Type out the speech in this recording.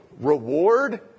reward